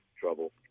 trouble